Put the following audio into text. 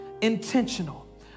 intentional